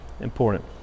important